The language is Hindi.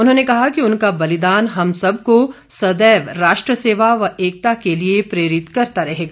उन्होंने कहा कि उनका बलिदान हम सबको सदैव राष्ट्र सेवा व एकता के लिए प्रेरित करता रहेगा